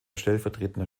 stellvertretender